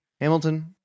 Hamilton